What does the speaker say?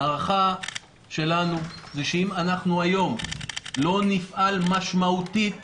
ההערכה שלנו היא שאם אנחנו היום לא נפעל משמעותית